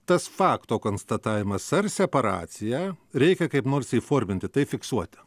tas fakto konstatavimas ar separaciją reikia kaip nors įforminti tai fiksuoti